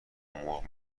مرغ